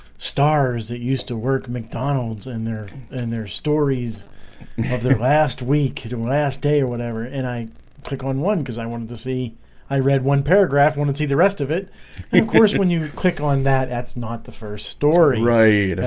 stars that used to work mcdonald's in there and their stories and of the last week hittin last day or whatever and i click on one because i wanted to see i read one paragraph want to see the rest of it of course when you click on that that's not the first story right